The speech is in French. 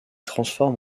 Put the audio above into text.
transforme